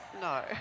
no